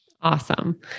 awesome